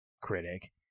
critic